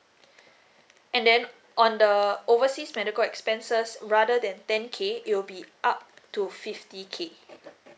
and then on the overseas medical expenses rather than ten K it will be up to fifty K